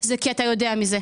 זה כי אתה יודע מזה.